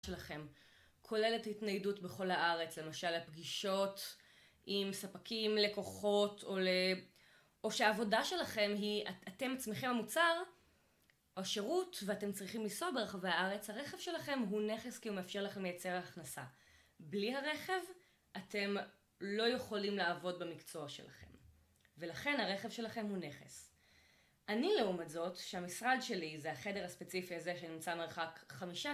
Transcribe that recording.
שלכם, כוללת התניידות בכל הארץ, למשל לפגישות עם ספקים, לקוחות, או שהעבודה שלכם היא אתם עצמכם המוצר או שירות ואתם צריכים לנסוע ברחבי הארץ. הרכב שלכם הוא נכס כי הוא מאפשר לכם לייצר הכנסה. בלי הרכב אתם לא יכולים לעבוד במקצוע שלכם. ולכן הרכב שלכם הוא נכס. אני לעומת זאת שהמשרד שלי, זה החדר הספציפי הזה שנמצא מרחק חמישה